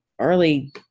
early